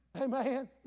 Amen